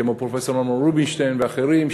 כמו פרופסור אמנון רובינשטיין ואחרים,